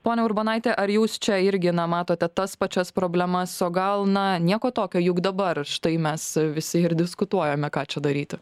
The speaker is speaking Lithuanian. ponia urbonaite ar jūs čia irgi na matote tas pačias problemas o gal na nieko tokio juk dabar štai mes visi ir diskutuojame ką čia daryti